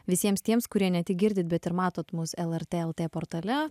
visiems tiems kurie ne tik girdit bet ir matot mūsų lrt lt portale